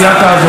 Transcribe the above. מאז,